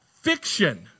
Fiction